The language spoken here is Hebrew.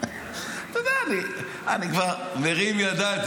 אתה יודע, אני כבר מרים ידיים.